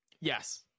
yes